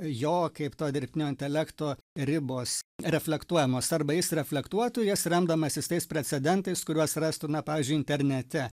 jo kaip to dirbtinio intelekto ribos reflektuojamos arba jis reflektuotų jas remdamasis tais precedentais kuriuos rastų na pavyzdžiui internete